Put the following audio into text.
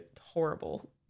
Horrible